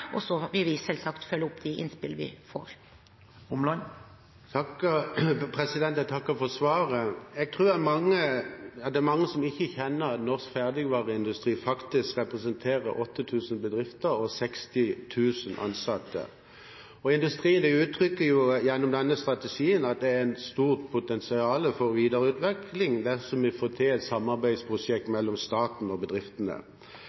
og så vil vi selvsagt følge opp de innspillene vi får. Jeg takker for svaret. Jeg tror det er mange som ikke kjenner norsk ferdigvareindustri. Den representerer faktisk 8 000 bedrifter og 60 000 ansatte. Industrien uttrykker gjennom denne strategien at det er et stort potensial for videreutvikling dersom man får til et samarbeidsprosjekt mellom staten og bedriftene.